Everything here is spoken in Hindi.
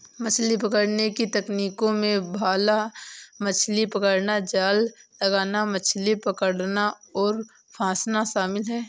मछली पकड़ने की तकनीकों में भाला मछली पकड़ना, जाल लगाना, मछली पकड़ना और फँसाना शामिल है